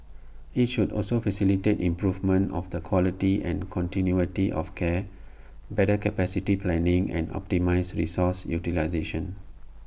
IT should also facilitate improvement of the quality and continuity of care better capacity planning and optimise resource utilisation